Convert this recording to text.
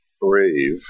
brave